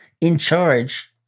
in-charge